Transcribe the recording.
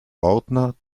ordner